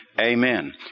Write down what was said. Amen